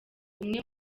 umwe